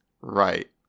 Right